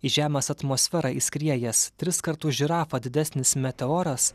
į žemės atmosferą įskriejęs tris kartus žirafą didesnis meteoras